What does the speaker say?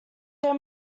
their